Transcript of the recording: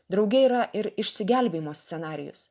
drauge yra ir išsigelbėjimo scenarijus